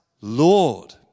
Lord